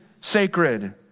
sacred